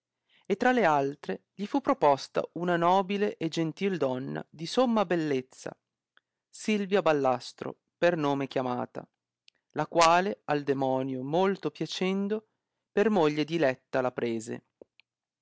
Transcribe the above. e tra le altre gli fu proposta una nobile e gentil donna di somma bellezza silvia ballastro per nome chiamata la quale al demonio molto piacendo per moglie diletta la prese